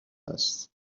است